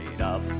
up